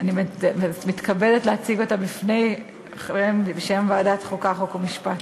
אני מתכבדת להציג אותה בשם ועדת החוקה, חוק ומשפט.